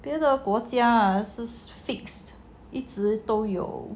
别的国家是 fixed 一直都有